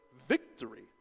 victory